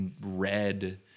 red